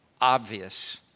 obvious